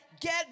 get